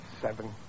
Seven